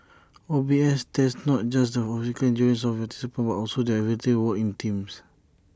O B S tests not just the physical endurance of participants but also their ability to work in teams